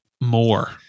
More